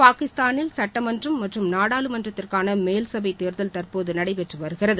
பாகிஸ்தானில் சட்டமன்றம் மற்றும் நாடாளுமன்றத்திற்கான மேல்சபைத் தேர்தல் தற்போது நடைபெற்று வருகிறது